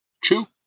True